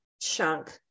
chunk